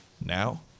now